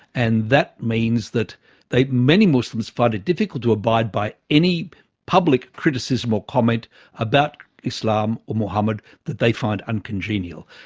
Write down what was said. and that means that many muslims find it difficult to abide by any public criticism or comment about islam or muhammad that they find uncongenial.